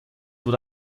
what